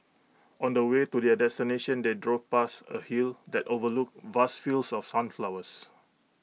on the way to their destination they drove past A hill that overlooked vast fields of sunflowers